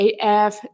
AF